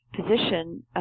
position